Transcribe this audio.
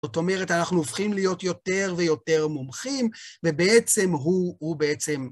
זאת אומרת, אנחנו הופכים להיות יותר ויותר מומחים ובעצם הוא, הוא בעצם...